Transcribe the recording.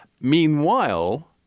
Meanwhile